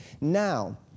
now